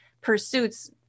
Pursuits